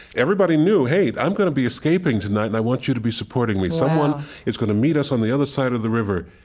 everybody knew, hey, i'm going to be escaping tonight, and i want you to be supporting me someone is going to meet us on the other side of the river.